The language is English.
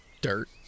Dirt